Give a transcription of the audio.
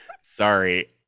Sorry